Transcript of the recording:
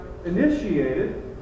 initiated